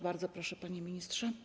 Bardzo proszę, panie ministrze.